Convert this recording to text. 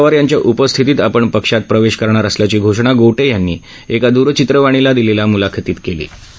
शरद पवार यांच्या उपस्थितीत आपण पक्षात प्रवेश करणार असल्याची घोषणा गोटे यांनी एका दुरचित्रवाणीला दिलेल्या मुलाखतीत त्यांनी केली